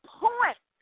point